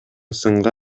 сынга